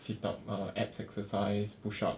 sit up lah abs exercise push up